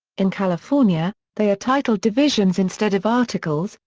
in california, they are titled divisions instead of articles,